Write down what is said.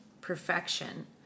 perfection